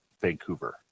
Vancouver